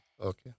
Okay